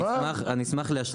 אני אשמח להשלים.